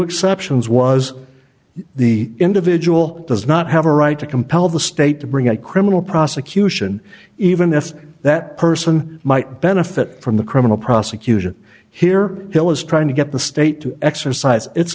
exceptions was the individual does not have a right to compel the state to bring a criminal prosecution even if that person might benefit from the criminal prosecution here bill is trying to get the state to exercise it